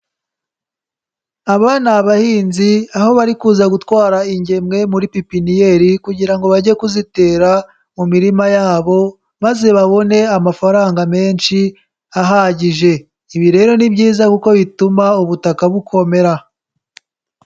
Aba ni abahinzi aho bari kuza gutwara ingemwe muri pipiniyeri kugira ngo bajye kuzitera mu mirima yabo, maze babone amafaranga menshi ahagije, ibi rero ni byiza kuko bituma ubutaka bukomera.